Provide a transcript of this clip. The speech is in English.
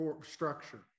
structure